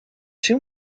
two